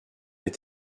est